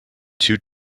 two